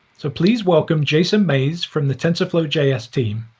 so please welcome jason mayes from the tensorflow js team.